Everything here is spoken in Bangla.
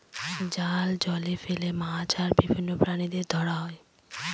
জাল জলে ফেলে মাছ আর বিভিন্ন প্রাণীদের ধরা হয়